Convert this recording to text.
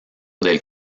del